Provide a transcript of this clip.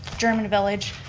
german village.